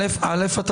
א', אתה